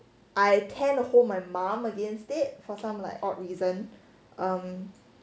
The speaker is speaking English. I tend to hold my mom against it for some like odd reason um